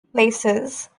places